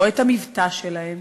או את המבטא שלהם,